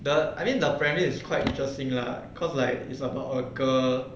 the I mean the premier is quite interesting lah cause like it's about a girl